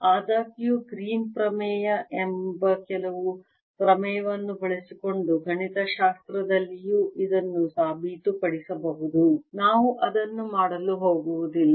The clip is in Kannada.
ಆದಾಗ್ಯೂ ಗ್ರೀನ್ ಪ್ರಮೇಯ ಎಂಬ ಕೆಲವು ಪ್ರಮೇಯವನ್ನು ಬಳಸಿಕೊಂಡು ಗಣಿತಶಾಸ್ತ್ರದಲ್ಲಿಯೂ ಇದನ್ನು ಸಾಬೀತುಪಡಿಸಬಹುದು ನಾವು ಅದನ್ನು ಮಾಡಲು ಹೋಗುವುದಿಲ್ಲ